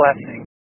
blessing